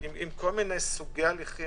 עם כל מיני סוגי ההליכים,